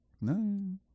No